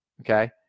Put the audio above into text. okay